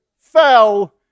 fell